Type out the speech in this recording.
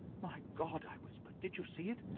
my god! i whispered did you see it?